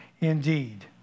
indeed